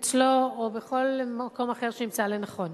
אצלו או בכל מקום אחר שהוא ימצא לנכון,